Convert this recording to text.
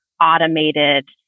automated